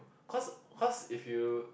cause cause if you